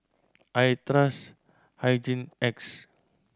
I trust Hygin X